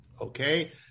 Okay